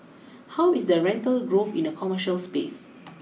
how is the rental growth in the commercial space